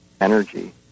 energy